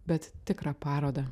bet tikrą parodą